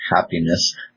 happiness